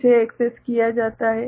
इसे एक्सेस किया जाता है